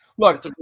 Look